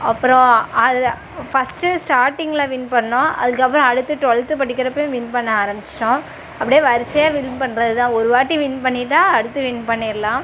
அப்புறம் அது ஃபஸ்ட்டு ஸ்டார்ட்டிங்கில் வின் பண்ணோம் அதுக்கப்புறம் அடுத்து டுவெல்த்து படிக்கிறப்போயும் வின் பண்ண ஆரம்மிச்சிட்டோம் அப்படியே வரிசையாக வின் பண்ணுறது தான் ஒருவாட்டி வின் பண்ணிட்டால் அடுத்து வின் பண்ணிடலாம்